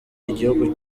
igihugu